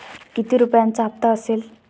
किती रुपयांचा हप्ता असेल?